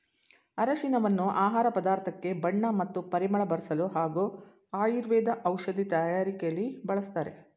ಅರಿಶಿನವನ್ನು ಆಹಾರ ಪದಾರ್ಥಕ್ಕೆ ಬಣ್ಣ ಮತ್ತು ಪರಿಮಳ ಬರ್ಸಲು ಹಾಗೂ ಆಯುರ್ವೇದ ಔಷಧಿ ತಯಾರಕೆಲಿ ಬಳಸ್ತಾರೆ